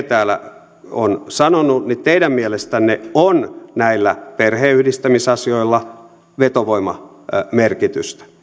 täällä on sanonut teidän mielestänne on näillä perheenyhdistämisasioilla vetovoimamerkitystä